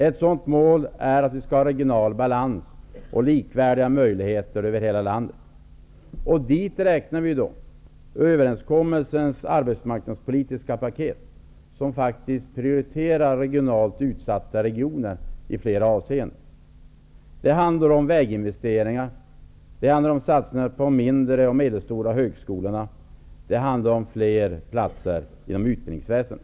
Ett sådant mål är att vi skall ha regional balans och likvärdiga möjligheter över hela landet. Dit räknar vi överenskommelsens arbetsmarknadspolitiska paket som faktiskt prioriterar regionalt utsatta regioner i flera avseenden. Det handlar om väginvesteringar, satsningar på de mindre och medelstora högskolorna och fler platser inom utbildningsväsendet.